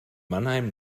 mannheim